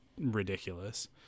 ridiculous